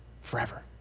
forever